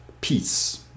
peace